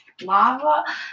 lava